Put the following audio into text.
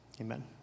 Amen